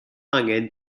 angen